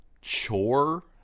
chore